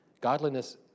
Godliness